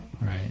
Right